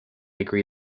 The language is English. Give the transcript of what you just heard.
agree